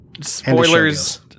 Spoilers